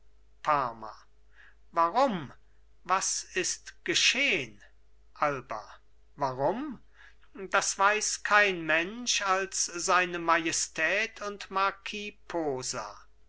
warum was ist geschehn alba warum das weiß kein mensch als seine majestät und marquis posa